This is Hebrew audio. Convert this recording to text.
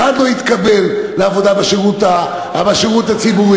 אחד לא התקבל לעבודה בשירות הציבורי,